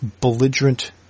belligerent